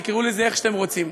תקראו לזה איך שאתם רוצים,